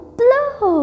blow